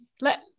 let